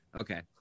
Okay